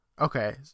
Okay